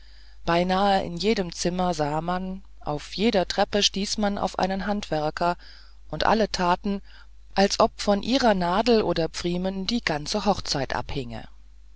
beinahe in jedem zimmer sah man auf jeder treppe stieß man auf einen handwerker und alle taten als ob von ihrer nadel oder pfriemen die ganze hochzeit abhinge